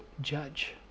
judge